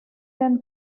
then